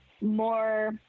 more